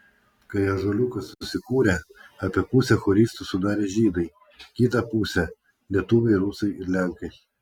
kai ąžuoliukas susikūrė apie pusę choristų sudarė žydai kitą pusę lietuviai rusai ir lenkai